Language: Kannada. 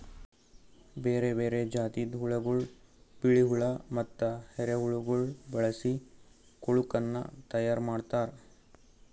ಬೇರೆ ಬೇರೆ ಜಾತಿದ್ ಹುಳಗೊಳ್, ಬಿಳಿ ಹುಳ ಮತ್ತ ಎರೆಹುಳಗೊಳ್ ಬಳಸಿ ಕೊಳುಕನ್ನ ತೈಯಾರ್ ಮಾಡ್ತಾರ್